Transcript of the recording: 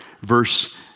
verse